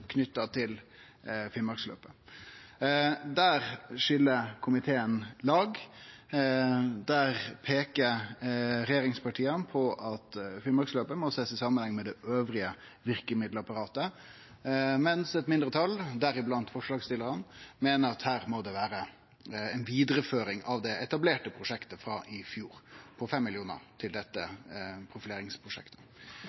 knytt til Finnmarksløpet. Der skil komiteen lag. Der peiker regjeringspartia på at Finnmarksløpet må sjåast i samanheng med resten av verkemiddelapparatet, mens eit mindretal, deriblant forslagsstillarane, meiner at det her må vere ei vidareføring av det etablerte prosjektet frå i fjor, på 5 mill. kr, til dette